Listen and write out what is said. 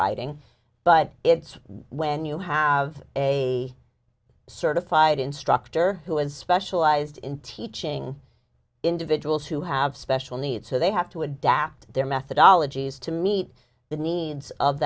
criteria but it's when you have a certified instructor who is specialized in teaching individuals who have special needs so they have to adapt their methodology is to meet the needs of